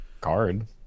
card